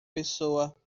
pessoa